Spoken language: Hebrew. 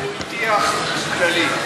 הוא הטיח כללית.